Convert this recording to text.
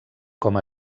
com